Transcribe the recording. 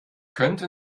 könnte